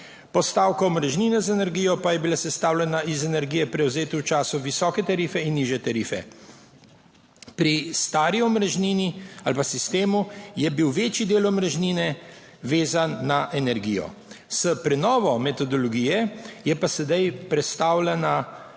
Postavka omrežnine z energijo pa je bila sestavljena iz energije, prevzete v času visoke tarife, in nižje tarife. Pri starem sistemu je bil večji del omrežnine vezan na energijo. S prenovo metodologije je pa sedaj prestavljena